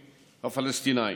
הפלסטינים.